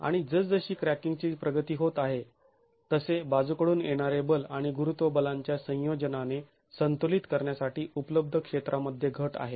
आणि जसजशी क्रॅकिंगची प्रगती होत आहे तसे बाजूकडून येणारे बल आणि गुरुत्व बलांच्या संयोजनाने संतुलित करण्यासाठी उपलब्ध क्षेत्रामध्ये घट आहे